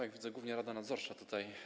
Jak widzę, głównie rada nadzorcza tutaj.